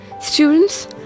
students